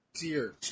Dear